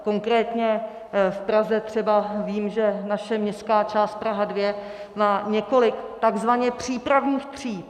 Konkrétně v Praze třeba vím, že naše městská část Praha 2 má několik takzvaně přípravných tříd.